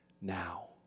now